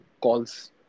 calls